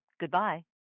Goodbye